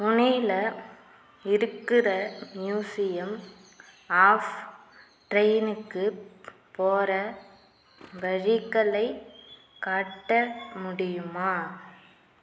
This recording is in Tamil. புனேயில் இருக்கிற மியூசியம் ஆஃப் ட்ரெயினுக்குப் போகிற வழிகளைக் காட்ட முடியுமா